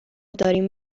داریم